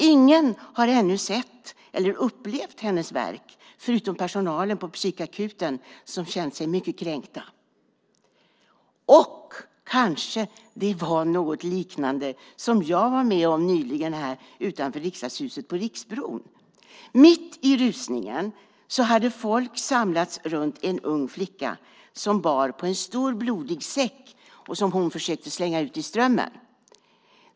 Ingen har ännu sett eller upplevt hennes verk, förutom personalen på psykakuten, som känt sig mycket kränkt. Kanske det var något liknande som jag var med om nyligen utanför Riksdagshuset, på Riksbron. Mitt i rusningen hade folk samlats runt en ung flicka som bar på en stor blodig säck som hon försökte slänga ut i Strömmen.